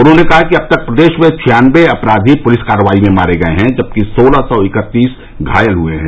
उन्होंने कहा कि अब तक प्रदेश में छानबे अपराधी पुलिस कार्रवाई में मारे गये हैं जबकि सोलह सौ इकतीस घायल हुए हैं